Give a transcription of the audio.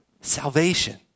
salvation